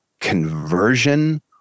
conversion